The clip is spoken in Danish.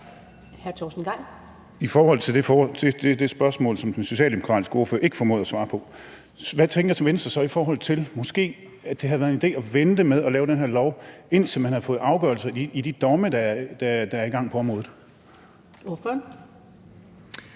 så tænker, i forhold til at det måske havde været en idé at vente med at lave den her lov, indtil man havde fået afgørelser i de sager, der er i gang på området.